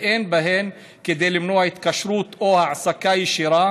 ואין בהן כדי למנוע התקשרות או העסקה ישירה